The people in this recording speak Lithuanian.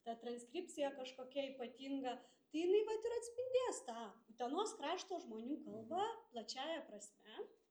ta transkripcija kažkokia ypatinga tai jinai vat ir atspindės tą utenos krašto žmonių kalbą plačiąja prasme